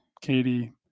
Katie